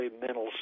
mental